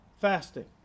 fasting